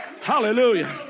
Hallelujah